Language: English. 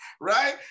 right